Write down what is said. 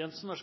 Jensen.